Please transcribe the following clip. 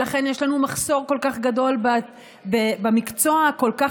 ולכן יש לנו מחסור כל כך גדול במקצוע הכל-כך